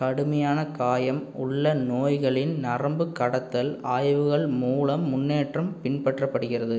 கடுமையான காயம் உள்ள நோய்களின் நரம்பு கடத்தல் ஆய்வுகள் மூலம் முன்னேற்றம் பின்பற்றப்படுகிறது